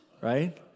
right